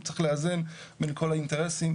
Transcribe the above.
צריך לאזן בין כל האינטרסים,